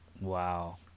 Wow